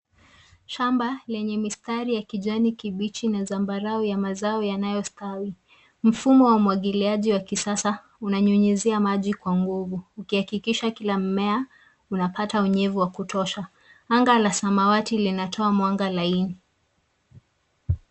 Shamba lenye mistari ya kijani kibichi na zambarau ya mazao yanayostawi. Mfumo wa umwagiliaji wa kisasa unanyunyuzia maji kwa nguvu ukihakikisha kila mmea unapata unyevu wa kutosha. Anga la samawati linatoa mwanga laini.